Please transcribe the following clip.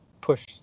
push